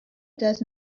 does